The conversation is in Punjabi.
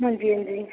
ਹਾਂਜੀ ਹਾਂਜੀ